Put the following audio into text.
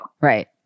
Right